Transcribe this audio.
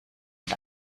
und